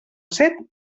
set